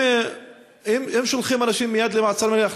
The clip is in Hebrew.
אם שולחים אנשים למעצר מינהלי מייד